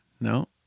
No